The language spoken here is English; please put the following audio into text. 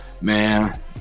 Man